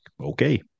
okay